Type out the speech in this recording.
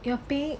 you will pay